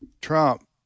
Trump